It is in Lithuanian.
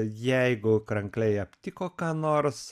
jeigu krankliai aptiko ką nors